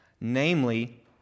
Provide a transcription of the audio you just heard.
namely